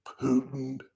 Putin